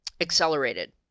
accelerated